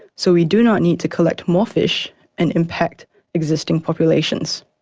so we do not need to collect more fish and impact existing populations.